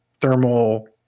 thermal